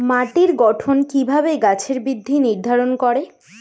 মাটির গঠন কিভাবে গাছের বৃদ্ধি নির্ধারণ করে?